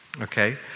okay